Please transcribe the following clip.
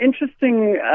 interesting